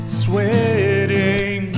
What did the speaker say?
sweating